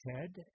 Ted